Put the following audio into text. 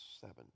Seven